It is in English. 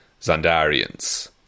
Zandarians